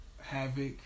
Havoc